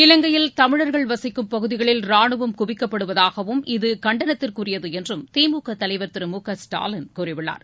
இலங்கையில் தமிழர்கள் வசிக்கும் பகுதிகளில் ராணுவம் குவிக்கப்படுவதாகவும் இவ கண்டனத்திற்குரியது என்றும் திமுக தலைவர் திரு மு க ஸ்டாலின் கூறியுள்ளார்